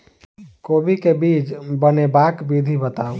कोबी केँ बीज बनेबाक विधि बताऊ?